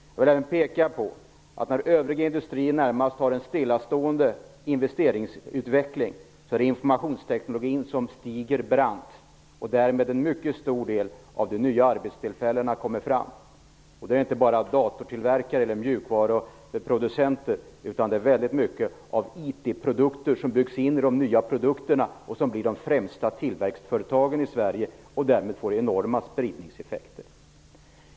Jag vill peka på att när övriga industrier närmast har en stillastående investeringsutveckling stiger kurvan för företag som använder informationstekniken brant, och det är där en mycket stor del av de nya arbetstillfällena kommer fram. Det gäller inte bara datortillverkare eller mjukvaruproducenter utan det handlar väldigt mycket om att företag bygger in IT produkter i de nya produkterna. De blir de främsta tillväxtföretagen i Sverige, och det får enorma spridningseffekter.